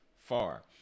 Far